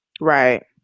Right